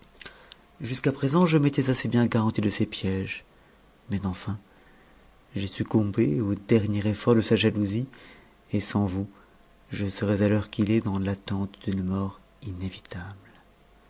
jusqu'à présent je m'étais assez bien garantie de ses piéges mais enfin j'ai succombé au dernier effort de sa jalousie et sans vous je serais à l'heure qu'it est dans l'attente d'une mort inévitable